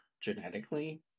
genetically